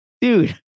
dude